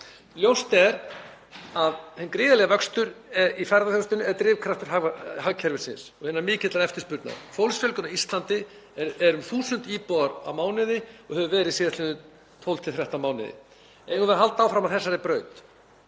Ljóst er að hinn gríðarlegi vöxtur í ferðaþjónustunni er drifkraftur hagkerfisins og hinnar miklu eftirspurnar. Fólksfjölgun á Íslandi er um 1.000 íbúar á mánuði og hefur verið síðastliðna 12–13 mánuði. Eigum við að halda áfram á þessari braut?